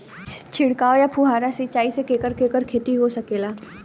छिड़काव या फुहारा सिंचाई से केकर केकर खेती हो सकेला?